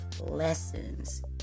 lessons